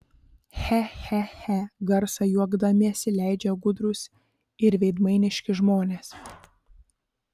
che che che garsą juokdamiesi leidžia gudrūs ir veidmainiški žmonės